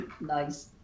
Nice